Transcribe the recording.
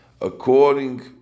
According